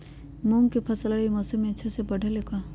मूंग के फसल रबी मौसम में अच्छा से बढ़ ले का?